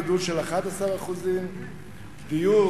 גידול של 11%; דיור,